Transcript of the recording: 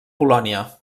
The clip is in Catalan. polònia